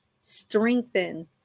strengthen